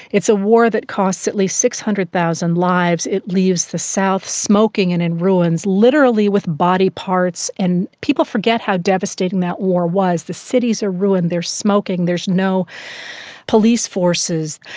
it's a war that costs at least six hundred thousand lives, it leaves the south smoking and in ruins, literally with body parts. and people forget how devastating that war was. the cities are ruined, they're smoking, there's no police forces.